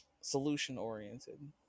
solution-oriented